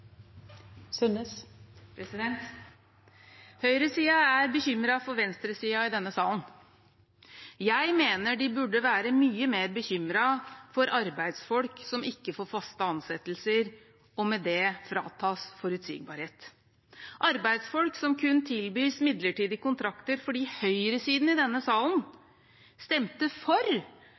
er bekymret for venstresiden i denne salen. Jeg mener de burde være mye mer bekymret for arbeidsfolk som ikke får faste ansettelser, og som med det fratas forutsigbarhet – arbeidsfolk som kun tilbys midlertidige kontrakter fordi høyresiden i denne salen stemte for